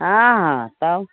हँ हँ तब